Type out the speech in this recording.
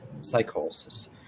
psychosis